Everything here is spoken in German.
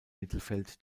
mittelfeld